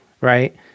right